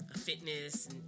fitness